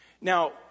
Now